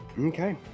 Okay